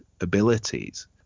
abilities